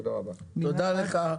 תודה לך,